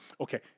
okay